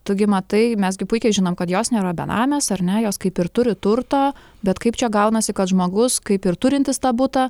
tu gi matai mes gi puikiai žinom kad jos nėra benamės ar ne jos kaip ir turi turto bet kaip čia gaunasi kad žmogus kaip ir turintis tą butą